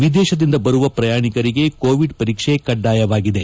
ವಿದೇಶದಿಂದ ಬರುವ ಪ್ರಯಾಣಿಕರಿಗೆ ಕೋವಿಡ್ ಪರೀಕ್ಷೆ ಕಡ್ಡಾಯವಾಗಿದೆ